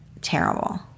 terrible